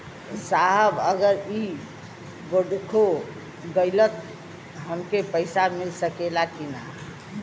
साहब अगर इ बोडखो गईलतऽ हमके पैसा मिल सकेला की ना?